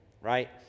right